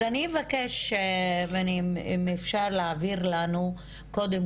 אז אני אבקש אם אפשר להעביר לנו קודם